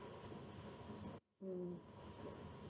um